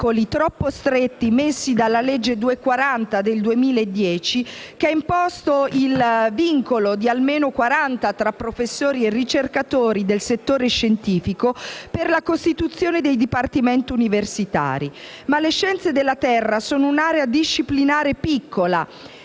troppo stretti posti dalla legge n. 240 del 2010, che ha imposto il limite minimo di almeno 40 tra professori e ricercatori del settore scientifico per la costituzione dei dipartimenti universitari. Ma le scienze della Terra sono un'area disciplinare piccola